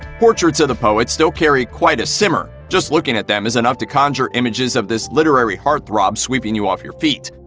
portraits of the poet still carry quite a simmer. just looking at them is enough to conjure images of this literary heartthrob sweeping you off your feet.